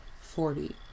Forty